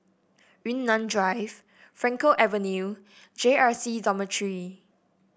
Yunnan Drive Frankel Avenue J R C Dormitory